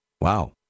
Wow